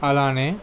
అలానే